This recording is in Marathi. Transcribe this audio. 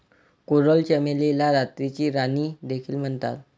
कोरल चमेलीला रात्रीची राणी देखील म्हणतात